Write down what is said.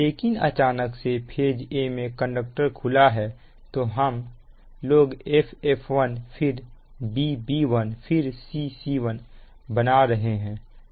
लेकिन अचानक से फेज a में कंडक्टर खुला है तो हम लोग F F1 फिर b b1 फिर c c1 बना रहे हैं